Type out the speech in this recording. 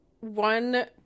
one